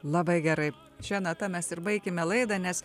labai gerai šia nata mes ir baikime laidą nes